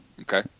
Okay